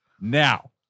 Now